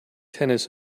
tennis